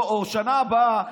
או בשנה הבאה,